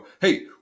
Hey